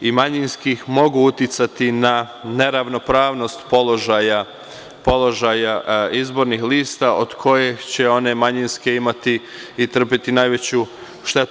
i manjinskih mogu uticati na neravnopravnost položaja izbornih lista od kojih će one manjinske imati i trpeti najveću štetu.